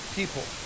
people